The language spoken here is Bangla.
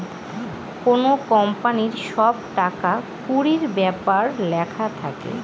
কোনো কোম্পানির সব টাকা কুড়ির ব্যাপার লেখা থাকে